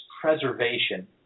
preservation